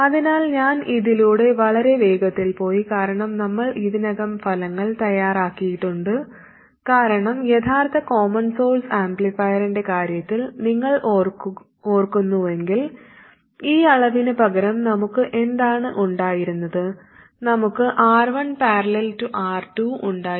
അതിനാൽ ഞാൻ ഇതിലൂടെ വളരെ വേഗത്തിൽ പോയി കാരണം നമ്മൾ ഇതിനകം ഫലങ്ങൾ തയ്യാറാക്കിയിട്ടുണ്ട് കാരണം യഥാർത്ഥ കോമൺ സോഴ്സ് ആംപ്ലിഫയറിൻറെ കാര്യത്തിൽ നിങ്ങൾ ഓർക്കുന്നുവെങ്കിൽ ഈ അളവിന് പകരം നമുക്ക് എന്താണ് ഉണ്ടായിരുന്നത് നമുക്ക് R1||R2 ഉണ്ടായിരുന്നു